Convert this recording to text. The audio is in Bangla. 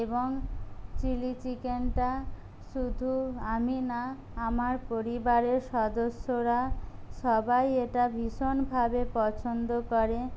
এবং চিলি চিকেনটা শুধু আমি না আমার পরিবারের সদস্যরা সবাই এটা ভীষণভাবে পছন্দ করে